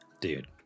dude